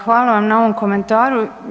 Hvala vam na ovom komentaru.